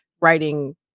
writing